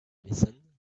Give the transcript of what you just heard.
listen